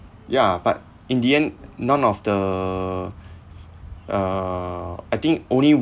ya but in the end none of the uh I think only